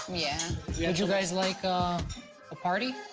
yeah yeah. would you guys like a party?